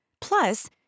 Plus